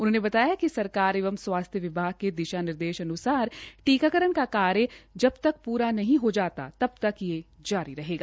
उन्होंने बताया कि सरकार एवं स्वास्थ्य विभाग के दिशा निर्देशान्सार टीकाकरण का कार्य जब तक पूरा नहीं हो जाता है तब तक जारी रहेगा